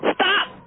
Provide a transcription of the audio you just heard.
Stop